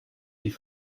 die